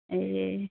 ए